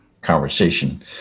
conversation